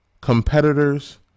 competitors